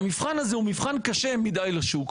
והמבחן הזה הוא מבחן קשה מידי לשוק.